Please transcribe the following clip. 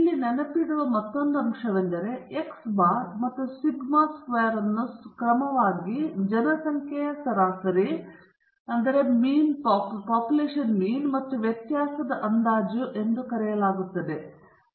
ಇಲ್ಲಿ ನೆನಪಿಡುವ ಮತ್ತೊಂದು ವಿಷಯವೆಂದರೆ x ಬಾರ್ ಮತ್ತು ಸ್ಕ್ವೇರ್ ಅನ್ನು ಕ್ರಮವಾಗಿ ಜನಸಂಖ್ಯೆಯ ಸರಾಸರಿ ಮತ್ತು ವ್ಯತ್ಯಾಸದ ಅಂದಾಜು ಎಂದು ಕರೆಯಲಾಗುತ್ತದೆ